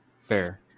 fair